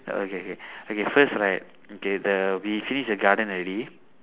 okay K okay first right okay the we finish the garden already